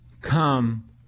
come